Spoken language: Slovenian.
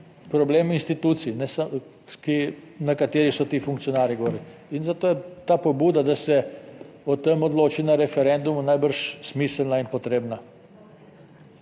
problem institucij, na katerih so ti funkcionarji govorili in zato je ta pobuda, da se o tem odloči na referendumu, najbrž smiselna in potrebna